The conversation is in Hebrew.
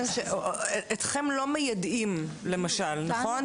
אתם לא מיידעים, נכון?